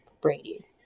Brady